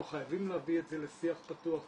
אנחנו חייבים להביא את זה לשיח פתוח ציבורי,